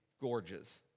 gorgeous